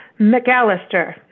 McAllister